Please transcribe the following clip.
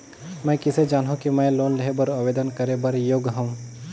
मैं किसे जानहूं कि मैं लोन लेहे बर आवेदन करे बर योग्य हंव?